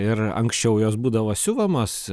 ir anksčiau jos būdavo siuvamos